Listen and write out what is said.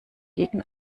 gegen